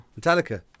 Metallica